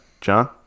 john